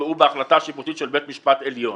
שנקבעו בהחלטה שיפוטית של בית המשפט העליון.